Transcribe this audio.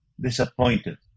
disappointed